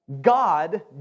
God